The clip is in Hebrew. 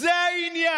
תן לי, תן לי.